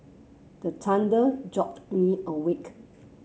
the thunder jolt me awake